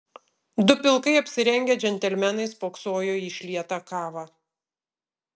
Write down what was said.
du pilkai apsirengę džentelmenai spoksojo į išlietą kavą